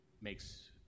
makes